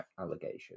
allegation